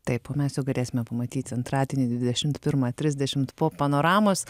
taip o mes jau galėsime pamatyti antradienį dvidešimt pirmą trisdešimt po panoramos